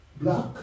black